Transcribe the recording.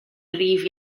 gryf